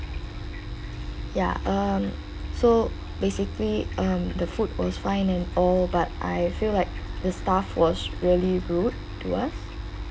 ya um so basically um the food was fine and all but I feel like the staff was really rude to us